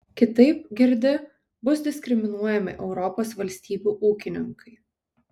kitaip girdi bus diskriminuojami europos valstybių ūkininkai